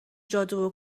جادو